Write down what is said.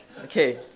okay